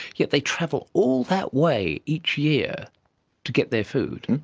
yet they travel all that way each year to get their food.